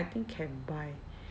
think can buy